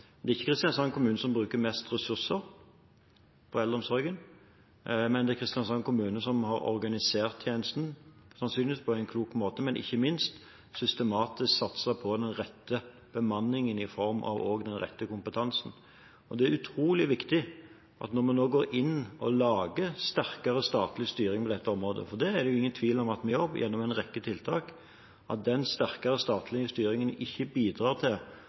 Kristiansand kommune bruker ikke mest ressurser på eldreomsorgen, men Kristiansand kommune har organisert tjenesten, sannsynligvis på en klok og ikke minst systematisk måte, og satset på den rette form for bemanning og på den rette kompetansen. Det er utrolig viktig når vi nå går inn med sterkere statlig styring på dette området – det er det ingen tvil om at vi gjør gjennom en rekke tiltak – at den sterkere statlige styringen ikke bidrar til